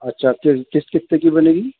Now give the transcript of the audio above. اچھا پھر قسط کتے کی بنے گی